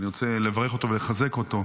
ואני רוצה לברך אותו ולחזק אותו,